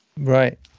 Right